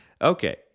Okay